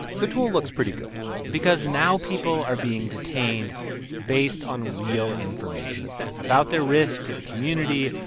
the tool looks pretty good because now people are being detained based on real information about their risk to the community,